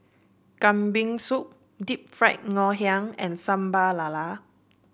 Kambing Soup Deep Fried Ngoh Hiang and Sambal Lala